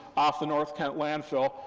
off the north kent landfill,